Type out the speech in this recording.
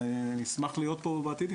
ואני אשמח להיות פה בעתיד,